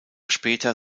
später